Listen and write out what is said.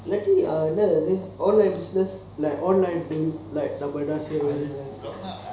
இல்லாட்டி என்னது அது:illati ennathu athu online business இல்ல:illa online lah நம்ம எத்துணை செய்றது:namma yeathuna seirathu